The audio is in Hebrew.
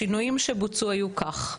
השינויים שבוצעו היו כך: